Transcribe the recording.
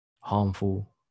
harmful